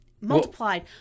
multiplied